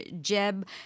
Jeb